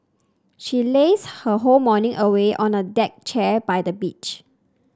she lazed her whole morning away on a deck chair by the beach